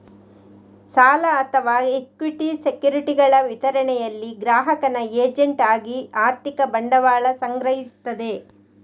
ಸಾಲ ಅಥವಾ ಇಕ್ವಿಟಿ ಸೆಕ್ಯುರಿಟಿಗಳ ವಿತರಣೆಯಲ್ಲಿ ಗ್ರಾಹಕನ ಏಜೆಂಟ್ ಆಗಿ ಆರ್ಥಿಕ ಬಂಡವಾಳ ಸಂಗ್ರಹಿಸ್ತದೆ